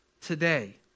today